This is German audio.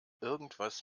irgendwas